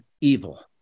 evil